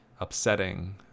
upsetting